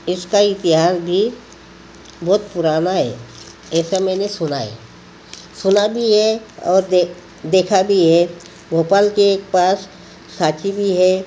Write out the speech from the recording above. इसका इतिहास भी बहुत पुराना हे ऐसा मैंने सुना है सुना भी है और दे देखा भी है भोपाल के एक पास सांची भी है